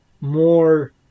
more